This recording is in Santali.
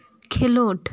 ᱠᱷᱮᱞᱳᱰ